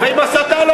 שאתם שקרנים ומסיתים,